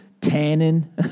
tanning